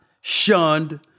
shunned